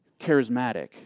charismatic